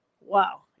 wow